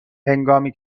هنگامی